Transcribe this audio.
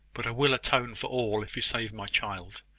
but i will atone for all if you save my child.